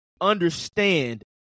understand